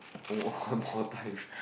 oh one more time